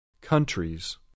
Countries